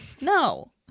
no